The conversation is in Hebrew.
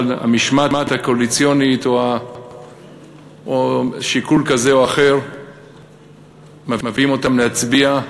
אבל המשמעת הקואליציונית או שיקול כזה או אחר מביאים אותם להצביע,